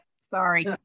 Sorry